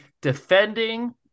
defending –